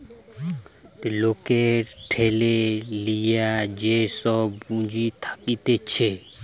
লোকের ঠেলে লিয়ে যে সব পুঁজি থাকতিছে